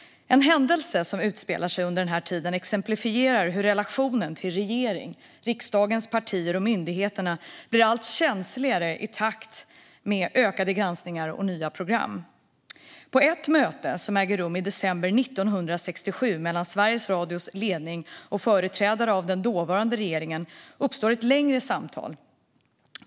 En händelse som utspelar sig under den här tiden exemplifierar hur relationen till regeringen, riksdagens partier och myndigheterna blir allt känsligare i takt med ökade granskningar och nya program. På ett möte som ägde rum i december 1967 mellan Sveriges Radios ledning och företrädare för den dåvarande regeringen uppstår ett längre samtal.